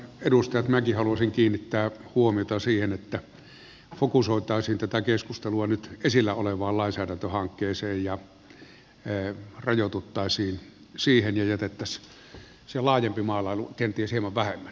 minäkin haluaisin kiinnittää huomiota siihen että fokusoitaisiin tätä keskustelua nyt esillä olevaan lainsäädäntöhankkeeseen rajoituttaisiin siihen ja jätettäisiin se laajempi maalailu kenties hieman vähemmälle